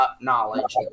knowledge